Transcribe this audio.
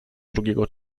drugiego